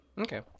Okay